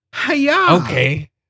Okay